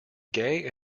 gay